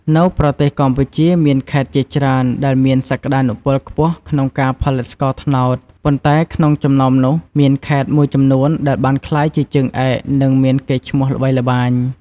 នៅប្រទេសកម្ពុជាមានខេត្តជាច្រើនដែលមានសក្ដានុពលខ្ពស់ក្នុងការផលិតស្ករត្នោត ប៉ុន្តែក្នុងចំណោមនោះ មានខេត្តមួយចំនួនដែលបានក្លាយជាជើងឯកនិងមានកេរ្តិ៍ឈ្មោះល្បីល្បាញ។